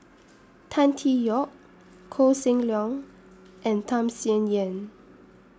Tan Tee Yoke Koh Seng Leong and Tham Sien Yen